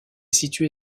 situé